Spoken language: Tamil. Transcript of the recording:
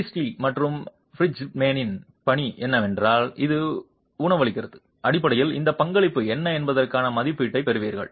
ப்ரீஸ்ட்லி மற்றும் பிரிட்ஜ்மேனின் பணி என்னவென்றால் அது உணவளிக்கிறது அடிப்படையில் இந்த பங்களிப்பு என்ன என்பதற்கான மதிப்பீட்டைப் பெறுவீர்கள்